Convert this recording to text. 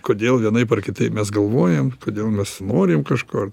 kodėl vienaip ar kitaip mes galvojam kodėl mes norim kažko ar